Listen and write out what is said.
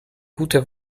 gute